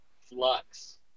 flux